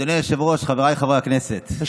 תודה רבה, חבר הכנסת מקלב.